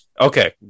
Okay